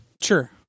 Sure